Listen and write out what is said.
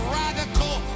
radical